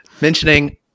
mentioning